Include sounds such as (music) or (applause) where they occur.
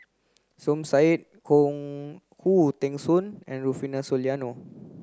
Som Said Khoo (unintelligible) Teng Soon and Rufino Soliano